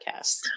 podcast